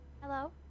Hello